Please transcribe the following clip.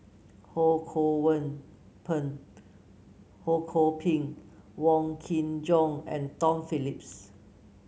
Ho Kwon Ho Kwon Ping Wong Kin Jong and Tom Phillips